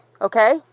okay